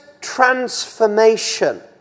transformation